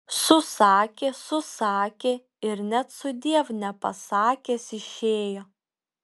susakė susakė ir net sudiev nepasakęs išėjo